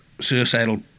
suicidal